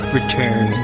Return